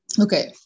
Okay